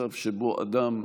מצב שבו אדם,